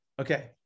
Okay